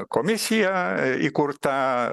komisija įkurta